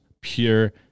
Pure